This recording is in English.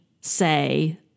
say